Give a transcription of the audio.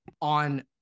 on